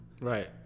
Right